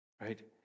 right